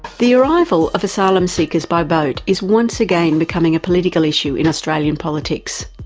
the arrival of asylum seekers by boat is once again becoming a political issue in australian politics.